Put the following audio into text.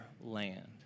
land